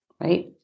Right